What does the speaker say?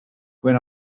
when